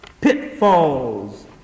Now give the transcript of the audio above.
pitfalls